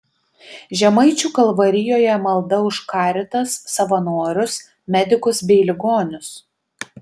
žemaičių kalvarijoje malda už caritas savanorius medikus bei ligonius